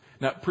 Now